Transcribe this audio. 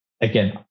Again